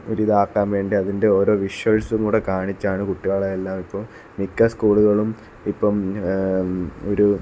ഒരു ഇതാക്കാന് വേണ്ടി അതിൻ്റെ ഓരോ വിഷ്വല്സ് കൂടി കാണിച്ചാണ് കുട്ടികളെ എല്ലാം ഇപ്പം മിക്ക സ്കൂളുകളും ഇപ്പം ഒരു